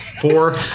Four